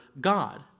God